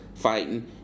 fighting